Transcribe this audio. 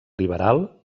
liberal